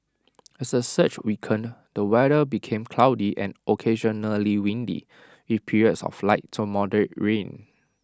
as the surge weakened the weather became cloudy and occasionally windy with periods of light to moderate rain